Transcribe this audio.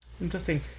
Interesting